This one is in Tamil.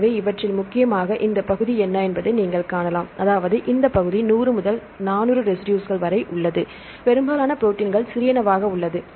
எனவே இவற்றில் முக்கியமாக இந்த பகுதி என்பதை நீங்கள் காணலாம் அதாவது இந்த பகுதி 100 முதல் 400 ரெசிடுஸ்கள் வரை உள்ளது பெரும்பாலான ப்ரோடீன்கள் சிறியனவாக உள்ளது